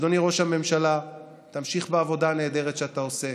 אדוני ראש הממשלה, תמשיך בעבודה הנהדרת שאתה עושה.